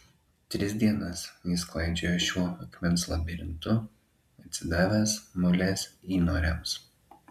tris dienas jis klaidžiojo šiuo akmens labirintu atsidavęs mulės įnoriams